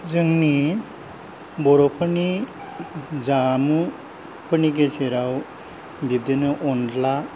जोंनि बर'फोरनि जामुफोरनि गेजेराव बिदिनो अनला